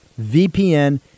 VPN